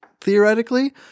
theoretically